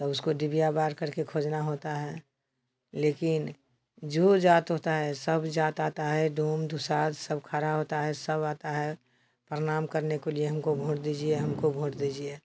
तो उसको डिबिया बार करके खोजना होता है लेकिन जो जाति होता है सब जाति आता है डोम दुसाध सब खड़ा होता है सब आता है प्रणाम करने के लिए हमको भोट दीजिए हमको भोट दीजिए